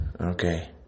okay